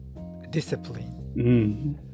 discipline 。